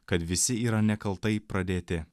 kad visi yra nekaltai pradėti